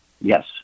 yes